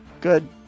good